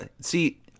See